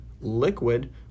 liquid